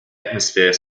atmosphere